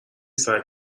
سعی